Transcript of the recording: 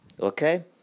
okay